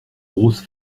grosse